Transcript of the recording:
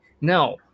now